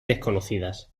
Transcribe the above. desconocidas